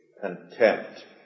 contempt